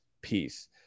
peace